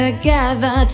Together